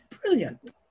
Brilliant